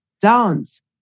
dance